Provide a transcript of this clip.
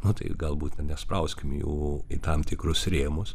nu tai galbūt nesprauskim jų į tam tikrus rėmus